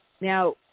Now